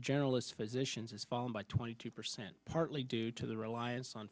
generalist physicians has fallen by twenty two percent partly due to the reliance on